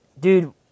Dude